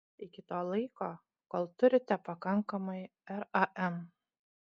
iki to laiko kol turite pakankamai ram